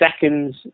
seconds